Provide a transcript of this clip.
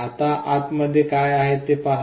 आता आतमध्ये काय आहे ते पहा